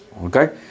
Okay